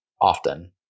often